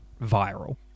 viral